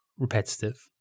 repetitive